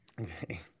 Okay